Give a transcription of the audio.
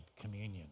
communion